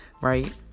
right